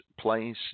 place